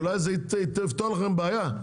אולי זה יפתור לכם בעיה.